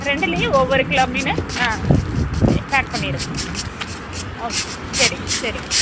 ரெண்டுலையும் ஒவ்வொரு கிலோ மீன் ஆ ஆ பேக் பண்ணிடுங்கம்மா ஓகே சரிங்க சரிங்க